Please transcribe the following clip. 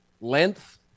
Length